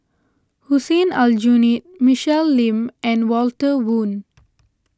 Hussein Aljunied Michelle Lim and Walter Woon